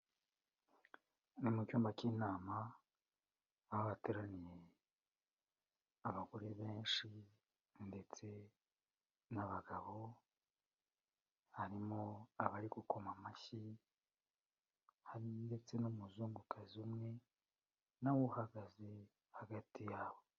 Ni mu cyumba cy'inama aho hateraniye abagore benshi ndetse n'abagabo, harimo abari gukoma amashyi, hari ndetse n'umuzungukazi umwe na we uhagaze hagati yabo.